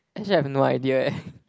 actually I've no idea eh